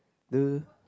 the